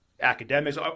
academics